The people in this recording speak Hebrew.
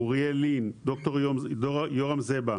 אוריאל לין, ד"ר יורם זבה.